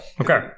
Okay